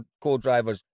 co-drivers